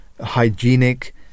hygienic